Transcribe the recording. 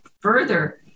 further